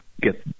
get